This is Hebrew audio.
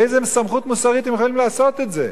באיזה סמכות מוסרית הם יכולים לעשות את זה?